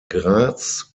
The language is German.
graz